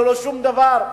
ללא שום דבר.